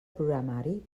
programari